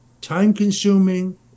time-consuming